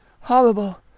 horrible